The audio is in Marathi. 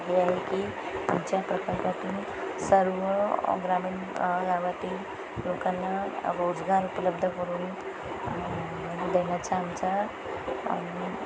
हे आहे की आमच्या प्रकल्पातून सर्व ग्रामीन गावातील लोकांना रोजगार उपलब्ध करून देन्याचा आमचा